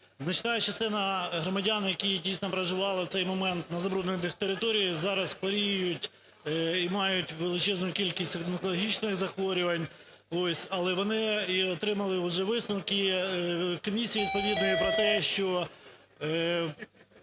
Значна частина громадян, які дійсно проживали в цей момент на забруднених територіях, зараз хворіють і мають величезну кількість онкологічних захворювань, але вони і отримали уже висновки комісії відповідної про те, що...